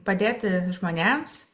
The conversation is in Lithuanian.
padėti žmonėms